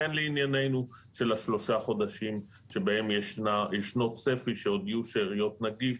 והן לענייננו של השלושה חודשים שבהם ישנו צפי שעוד יהיו שאריות נגיף,